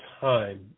time